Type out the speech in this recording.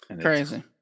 Crazy